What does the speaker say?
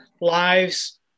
lives